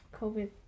COVID